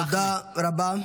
תודה רבה.